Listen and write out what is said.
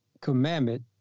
commandment